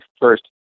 first